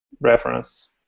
reference